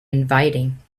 inviting